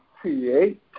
create